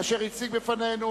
אשר הציג בפנינו